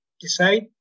decide